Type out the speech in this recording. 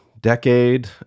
decade